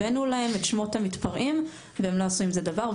הבאנו להם את שמות המתפרעים והם לא עשו עם זה דבר.